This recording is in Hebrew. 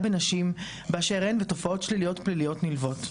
בנשים באשר הן ותופעות שליליות פליליות נלוות.